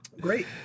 Great